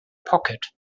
pocket